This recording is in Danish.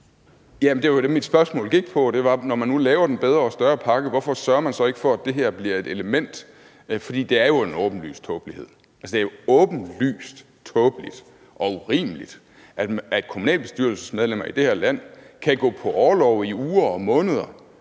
det var det, mit spørgsmål gik på. Altså, når man nu laver den bedre og større pakke, hvorfor sørger man så ikke for, at det her bliver et element i den, for det er jo en åbenlys tåbelighed? Det er jo åbenlyst tåbeligt og urimeligt, at kommunalbestyrelsesmedlemmer i det her land kan gå på orlov i uger og måneder